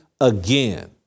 again